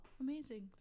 amazing